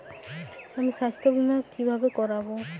আমি স্বাস্থ্য বিমা কিভাবে করাব?